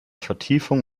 vertiefung